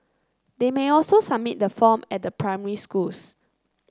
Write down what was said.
they may also submit the form at their primary schools